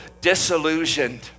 disillusioned